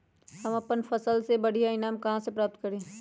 हम अपन फसल से बढ़िया ईनाम कहाँ से प्राप्त करी?